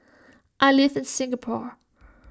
I live in Singapore